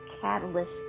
catalyst